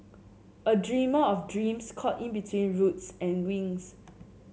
a dreamer of dreams caught in between roots and wings